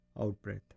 out-breath